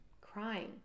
crying